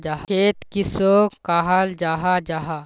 खेत किसोक कहाल जाहा जाहा?